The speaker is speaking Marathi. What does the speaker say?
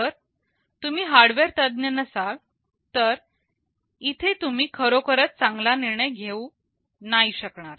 जर तुम्ही हार्डवेअर तज्ञ नसाल तर इथे तुम्ही खरोखरच चांगला निर्णय नाही घेऊ शकणार